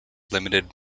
limited